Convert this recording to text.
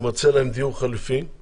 יימצא להן דיור חלופי.